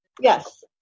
Yes